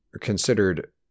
considered